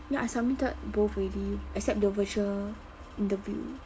ya I submitted both already except the virtual interview